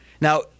Now